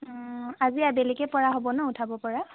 আজি আবেলিকৈ পৰা হ'ব ন' উঠাব পৰা